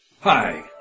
Hi